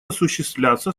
осуществляться